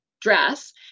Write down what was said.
dress